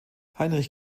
heinrich